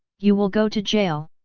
you will go to jail!